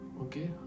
Okay